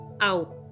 out